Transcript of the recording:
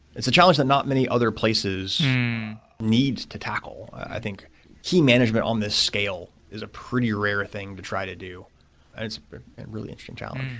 it's a challenge that not many other places need to tackle. i think key management on this scale is a pretty rare thing to try to do and it's a really interesting challenge.